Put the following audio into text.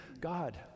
God